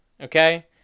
okay